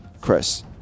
Chris